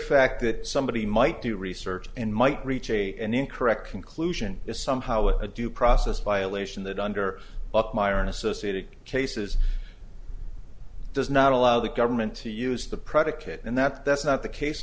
fact that somebody might do research and might reach an incorrect conclusion is somehow a due process violation that under up myron associated cases does not allow the government to use the predicate and that that's not the case